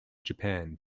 japan